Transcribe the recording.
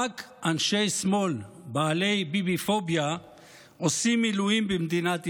רק אנשי שמאל בעלי ביביפוביה עושים מילואים במדינת ישראל.